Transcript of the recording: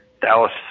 Dallas